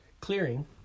clearing